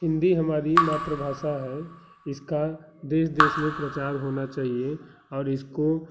हिन्दी हमारी मातृ भाषा है इसका देश देश में प्रचार होना चाहिए और इसको